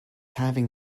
having